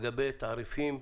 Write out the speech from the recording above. לגבי תעריפים.